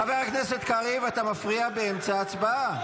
חבר הכנסת קריב, אתה מפריע באמצע ההצבעה.